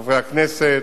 חברי הכנסת,